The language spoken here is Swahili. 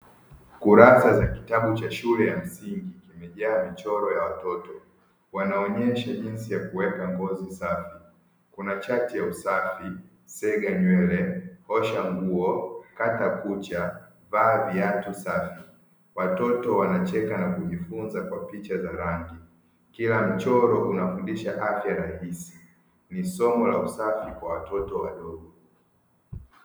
Kurasa za kitabu cha shule ya msingi kimejaa michoro ya watoto, wanaonyesha jinsi ya kuweka ngozi safi. Kuna chati ya usafi sega nywele, osha nguo, kata kucha, vaa viatu safi. Watoto wanacheka na kujifunza kwa picha za rangi, kila mchoro unafundisha afya rahisi ni somo la usafi kwa watoto wadogo.